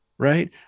Right